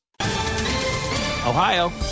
Ohio